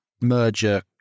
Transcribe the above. merger